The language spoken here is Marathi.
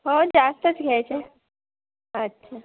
हो जास्तच घ्यायचं आहे अच्छा